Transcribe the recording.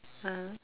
(uh huh)